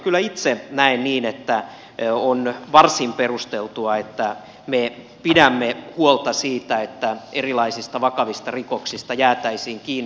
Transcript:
kyllä itse näen niin että on varsin perusteltua että me pidämme huolta siitä että erilaisista vakavista rikoksista jäätäisiin kiinni